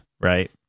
right